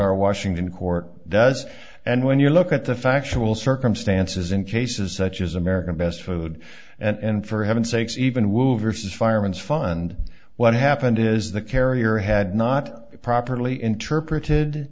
our washington court does and when you look at the factual circumstances in cases such as american best food and for heaven's sakes even wound versus fireman's fund what happened is the carrier had not properly interpreted